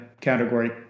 category